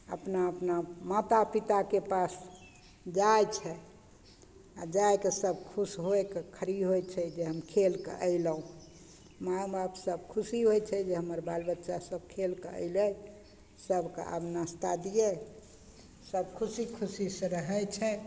अपना अपना माता पिताके पास जाइ छै आओर जा कऽ सब खुश होइ कऽ खड़ी होइ छै जे हम खेलके अयलहुँ माय बाप सब खुशी होइ छै जे हमर बाल बच्चा सब खेल कऽ अयलय सबके आब नास्ता दियै सब खुशी खुशीसँ रहय छै